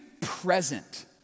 present